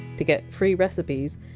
to get free recipes,